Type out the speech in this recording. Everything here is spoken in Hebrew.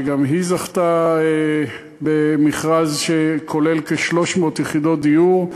שגם היא זכתה במכרז שכולל כ-300 יחידות דיור.